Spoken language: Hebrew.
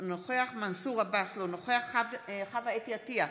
אינו נוכח מנסור עבאס, אינו נוכח חוה אתי עטייה,